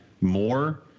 more